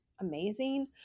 amazing